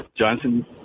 Johnson